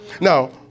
Now